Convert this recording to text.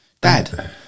Dad